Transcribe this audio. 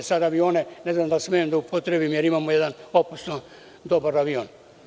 Ne znam da li smem da upotrebim, jer imamo jedan opasno dobar avion.